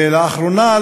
לאחרונה,